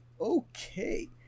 okay